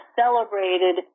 celebrated